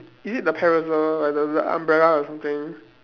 is it the parasol like the the umbrella or something